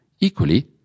equally